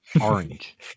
Orange